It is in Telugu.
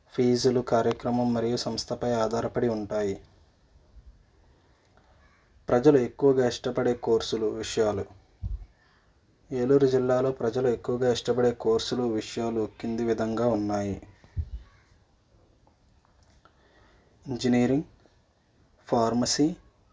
ఫీజులు కార్యక్రమం మరియు సంస్థపై ఆధారపడి ఉంటాయి ప్రజలు ఎక్కువగా ఇష్టపడే కోర్సులు విషయాలు ఏలూరు జిల్లాలో ప్రజలు ఎక్కువగా ఇష్టపడే కోర్సులు విషయాలు కింది విధంగా ఉన్నాయి ఇంజనీరింగ్ ఫార్మసీ